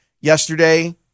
yesterday